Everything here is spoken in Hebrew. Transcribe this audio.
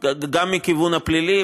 --- גם מהכיוון הפלילי.